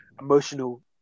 emotional